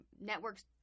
networks